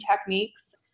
techniques